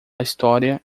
história